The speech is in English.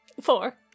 Four